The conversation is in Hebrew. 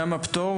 גם הפטור,